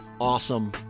awesome